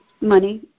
Money